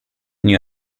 new